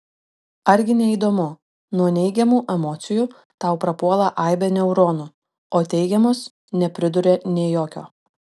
argi ne įdomu nuo neigiamų emocijų tau prapuola aibė neuronų o teigiamos nepriduria nė jokio